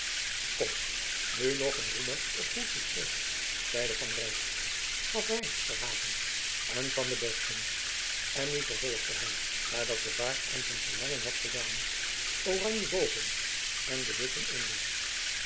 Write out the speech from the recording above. kom nu nog een roemer op goed succes zeide van rijp schaf wijn verhagen en van den besten en nu vervolgde hy nadat de waard aan zijn verlangen had voldaan oranje boven en de witten onder